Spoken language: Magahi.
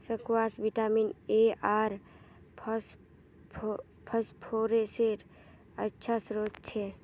स्क्वाश विटामिन ए आर फस्फोरसेर अच्छा श्रोत छ